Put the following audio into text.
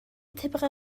طبق